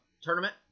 tournament